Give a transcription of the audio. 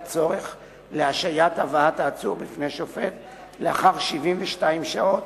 צורך להשהיית הבאת העצור בפני שופט לאחר 72 שעות,